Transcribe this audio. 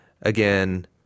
again